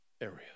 area